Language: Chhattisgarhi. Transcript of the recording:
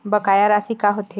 बकाया राशि का होथे?